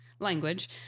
language